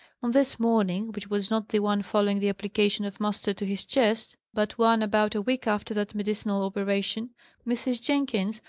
on this morning which was not the one following the application of mustard to his chest, but one about a week after that medicinal operation mrs. jenkins,